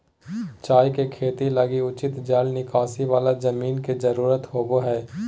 चाय के खेती लगी उचित जल निकासी वाला जमीन के जरूरत होबा हइ